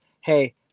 hey